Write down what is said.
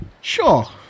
Sure